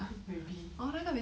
maybe